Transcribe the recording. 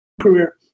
career